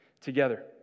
together